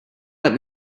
let